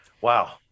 Wow